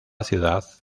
ciudad